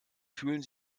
fühlen